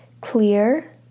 clear